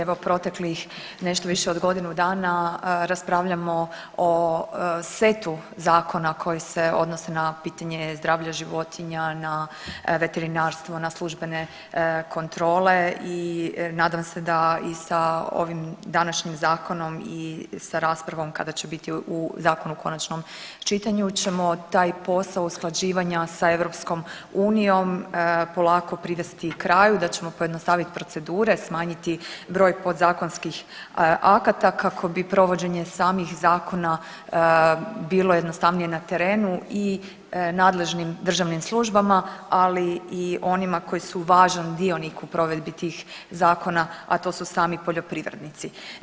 Evo proteklih nešto više od godinu dana raspravljamo o setu zakona koji se odnose na pitanje zdravlja životinja, na veterinarstvo na službene kontrole i nadam se da i sa ovim današnjim zakonom i sa raspravom kada će biti zakon u konačnom čitanju ćemo taj posao usklađivanja sa EU polako privesti kraju, da ćemo pojednostavit procedure, smanjiti broj podzakonskih akata kako bi provođenje samih zakona bilo jednostavnije na terenu i nadležnim državnim službama, ali i onima koji su važan dionik u provedbi tih zakona, a to su sami poljoprivrednici.